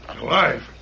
Alive